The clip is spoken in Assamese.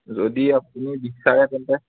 যদি আপুনি বিচাৰে তেন্তে